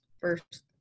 first